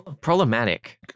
problematic